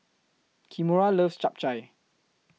Kimora loves Chap Chai